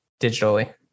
digitally